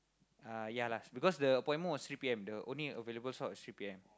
ah ya lah because the appointment was three P_M the only available slot was three P_M